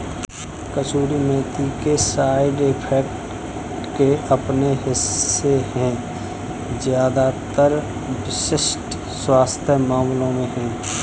कसूरी मेथी के side effects के अपने हिस्से है ज्यादातर विशिष्ट स्वास्थ्य मामलों में है